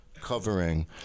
covering